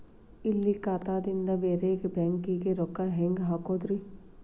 ಇಲ್ಲಿ ಖಾತಾದಿಂದ ಬೇರೆ ಬ್ಯಾಂಕಿಗೆ ರೊಕ್ಕ ಹೆಂಗ್ ಹಾಕೋದ್ರಿ?